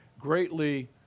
greatly